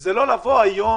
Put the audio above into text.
זה לא לבוא היום